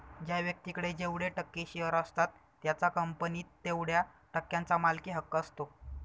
ज्या व्यक्तीकडे जेवढे टक्के शेअर असतात त्याचा कंपनीत तेवढया टक्क्यांचा मालकी हक्क असतो